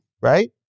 right